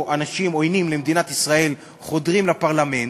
אנשים עוינים למדינת ישראל חודרים לפרלמנט,